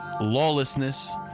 lawlessness